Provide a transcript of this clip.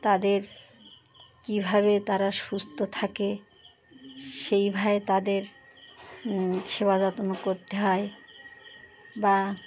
তাদের কীভাবে তারা সুস্থ থাকে সেইভাবে তাদের সেবা যাতনা করতে হয় বা